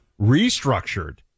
Restructured